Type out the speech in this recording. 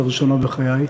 לראשונה בחיי,